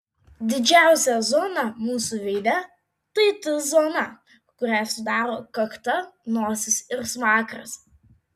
didžiausia zona mūsų veide tai t zona kurią sudaro kakta nosis ir smakras